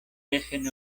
dejen